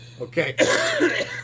Okay